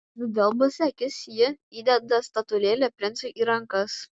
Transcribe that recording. nudelbusi akis ji įdeda statulėlę princui į rankas